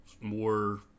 more